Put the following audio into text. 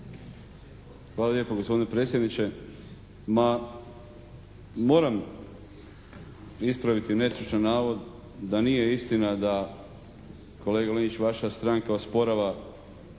Hvala lijepo gospodine predsjedniče. Ma moram ispraviti netočan navod da nije istina da kolega Linić vaša stranka osporava